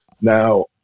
Now